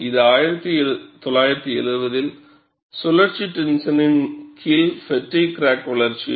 இது 1970 இல் சுழற்சி டென்ஷனின் கீழ் பெட்டிக் கிராக் வளர்ச்சி'